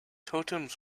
totems